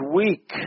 weak